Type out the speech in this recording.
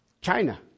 China